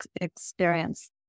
experience